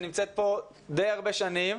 שנמצאת פה די הרבה שנים,